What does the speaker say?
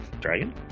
Dragon